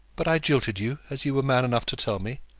but i jilted you, as you were man enough to tell me.